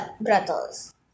brothers